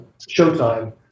Showtime